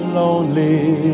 lonely